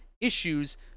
issues